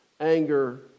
anger